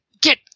get